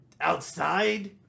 outside